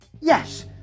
Yes